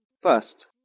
First